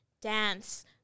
Dance